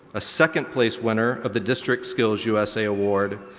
a second place winner of the district skills usa award,